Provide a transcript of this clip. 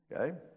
okay